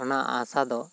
ᱚᱱᱟ ᱟᱸᱥᱟ ᱫᱚ